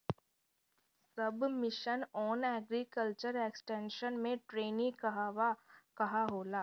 सब mission on agriculture extension मै training कहवा कहा होला?